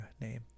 name